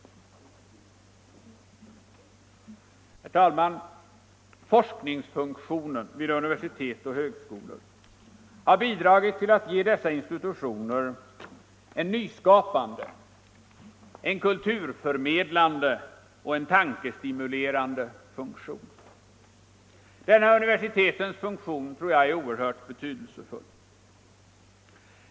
Forskningsfunktionen vid universitet och högskolor har bidragit till att ge dessa institutioner en nyskapande, kulturförmedlande och tankestimulerande funktion. Denna universitetens funktion tror jag är oerhört betydelsefull.